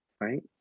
right